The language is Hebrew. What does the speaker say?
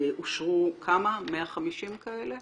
אושרו 150 כאלה?